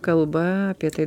kalba apie tai